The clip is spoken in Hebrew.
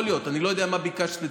אני לא יודע מה ביקשת ספציפית,